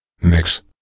Mix